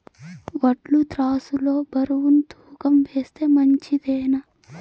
వడ్లు త్రాసు లో బరువును తూకం వేస్తే మంచిదేనా?